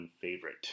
favorite